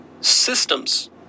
systems